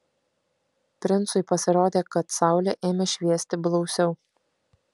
princui pasirodė kad saulė ėmė šviesti blausiau